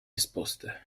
esposte